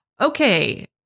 Okay